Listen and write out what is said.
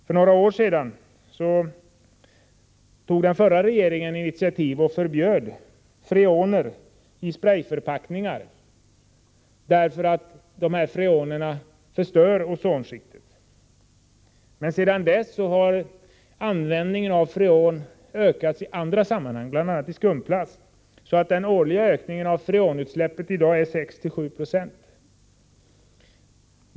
För några år sedan tog den förra regeringen initiativ och förbjöd freoner i sprayförpackningar därför att dessa freoner förstör ozonskiktet. Men sedan dess har användningen av freon ökat i andra sammanhang, bl.a. i skumplast, så att den årliga ökningen av freonutsläppet idag är 6-7 20.